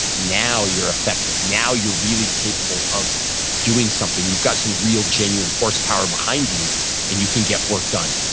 now you're effective. now you're really capable of doing something. you've got some real genuine horsepower behind you and you can get work done.